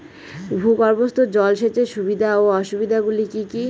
ভূগর্ভস্থ জল সেচের সুবিধা ও অসুবিধা গুলি কি কি?